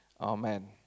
Amen